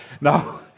No